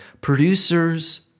producers